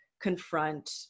confront